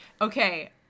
Okay